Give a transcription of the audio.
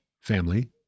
family